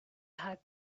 had